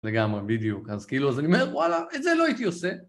לגמרי, בדיוק, כאילו, אז אני אומר, וואלה, את זה לא הייתי עושה.